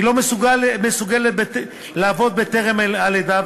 היא לא מסוגלת לעבוד טרם הלידה,